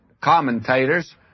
commentators